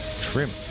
Trim